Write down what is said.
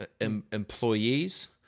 employees